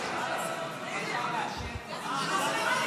--- למה?